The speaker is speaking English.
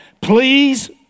please